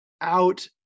out